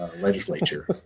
legislature